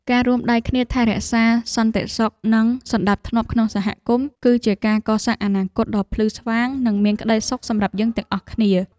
ការរួមដៃគ្នាថែរក្សាសន្តិសុខនិងសណ្តាប់ធ្នាប់ក្នុងសហគមន៍ គឺជាការកសាងអនាគតដ៏ភ្លឺស្វាងនិងមានក្តីសុខសម្រាប់យើងទាំងអស់គ្នា។